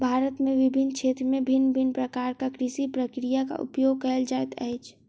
भारत में विभिन्न क्षेत्र में भिन्न भिन्न प्रकारक कृषि प्रक्रियाक उपयोग कएल जाइत अछि